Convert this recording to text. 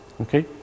okay